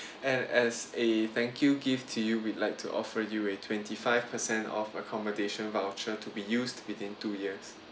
and as a thank you gift to you we'd like to offer you a twenty five percent off accommodation voucher to be used within two years